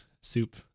soup